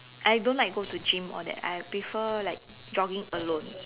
I don't like go to gym all that I prefer like jogging alone